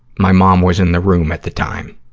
my mom was in the room at the time.